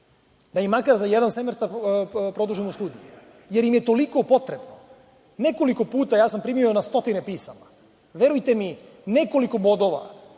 da im makar za jedan semestar produžimo studije, jer im je toliko potrebno. Nekoliko puta, ja sam primio na stotine pisama, verujte mi, nekoliko bodova,